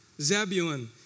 Zebulun